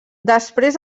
després